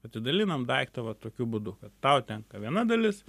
atidalinam daiktą va tokiu būdu kad tau tenka viena dalis